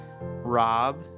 Rob